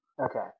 okay